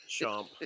Chomp